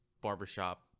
barbershop